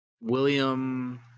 William